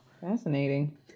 Fascinating